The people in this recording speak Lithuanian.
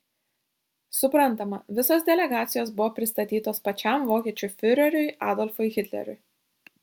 suprantama visos delegacijos buvo pristatytos pačiam vokiečių fiureriui adolfui hitleriui